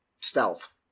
stealth